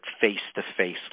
face-to-face